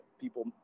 people